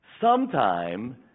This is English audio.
sometime